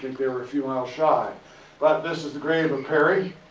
they were a few miles shy. but this is the grave of peary.